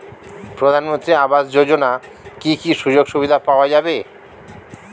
প্রধানমন্ত্রী আবাস যোজনা কি কি সুযোগ সুবিধা পাওয়া যাবে?